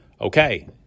okay